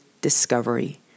discovery